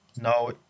No